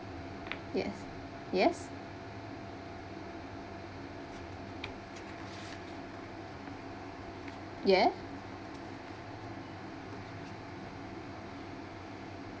yes yes yay